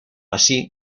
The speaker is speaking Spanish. así